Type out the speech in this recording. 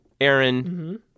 Aaron